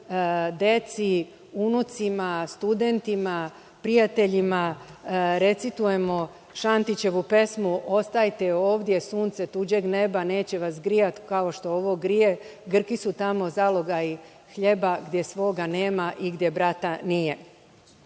deci, unucima, studentima, prijateljima recitujemo Šantićevu pesmu: „Ostajte ovde, sunce tuđeg neba neće vas grijat, kao što ovo grije. Grki su tamo zalogaji hljeba, gde svoga nema i gde brata